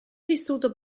vissuto